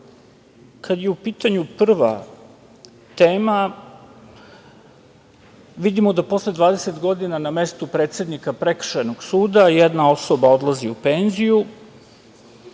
je u pitanju prva tema vidimo da posle 20 godina na mestu predsednika Prekršajnog suda jedna osoba odlazi u penziju.